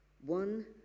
One